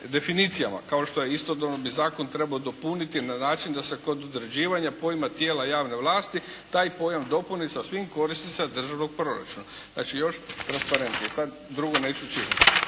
kao što istodobno bi zakon trebalo dopuniti na način da se kod određivanja pojma tijela javne vlasti taj pojam dopuni sa svim korisnicima državnog proračuna. Znači još transparentnije i sada drugo neću čitati.